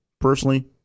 personally